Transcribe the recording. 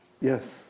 Yes